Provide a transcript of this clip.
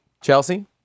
Chelsea